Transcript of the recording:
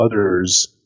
others